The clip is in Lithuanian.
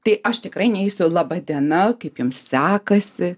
tai aš tikrai neisiu laba diena kaip jums sekasi